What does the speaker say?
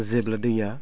जेब्ला दैआ